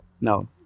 no